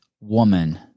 woman